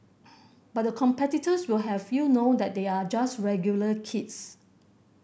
but the competitors will have you know that they are just regular kids